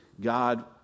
God